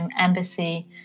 embassy